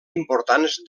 importants